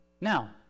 Now